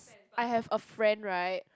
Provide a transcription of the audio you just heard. I have a friend right